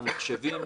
המחשבים,